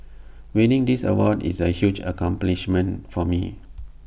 winning this award is A huge accomplishment for me